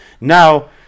Now